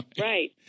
Right